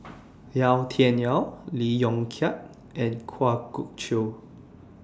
Yau Tian Yau Lee Yong Kiat and Kwa Geok Choo